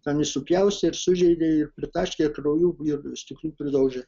ten ir supjaustė ir sužeidė ir pritaškė kraujų ir stiklų pridaužė